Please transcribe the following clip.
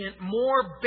more